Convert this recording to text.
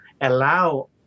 allow